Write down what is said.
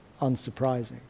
unsurprising